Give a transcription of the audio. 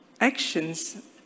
actions